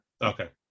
Okay